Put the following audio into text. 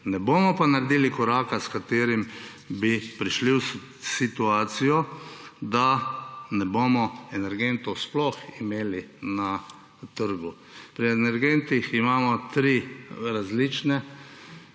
Ne bomo pa naredili koraka, s katerim bi prišli v situacijo, da na trgu sploh ne bomo imeli energentov. Pri energentih imamo tri različne